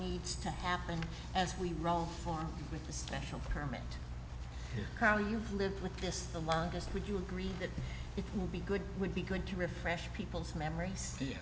needs to happen as we roll forward with especial permit carl you've lived with this the longest would you agree that it would be good would be good to refresh people's memories